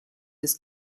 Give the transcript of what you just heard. des